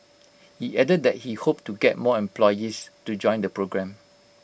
he added that he hoped to get more employees to join the programme